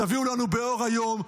תביאו לנו באור היום.